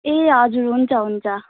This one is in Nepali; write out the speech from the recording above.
ए हजुर हुन्छ हुन्छ